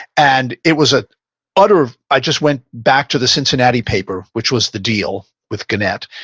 and it was a ah matter of i just went back to the cincinnati paper, which was the deal with ganette,